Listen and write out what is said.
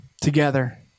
together